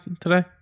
today